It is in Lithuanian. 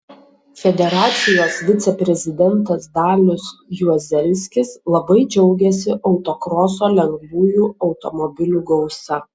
federacijos viceprezidentas dalius juozelskis labai džiaugėsi autokroso lengvųjų automobilių gausa